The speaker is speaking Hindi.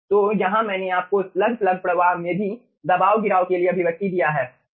तो यहाँ मैंने आपको स्लग प्लग प्रवाह में भी दबाव गिराव के लिए अभिव्यक्ति दिया है